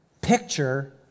picture